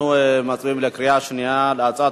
אנחנו מצביעים בקריאה שנייה על הצעת